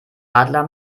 adler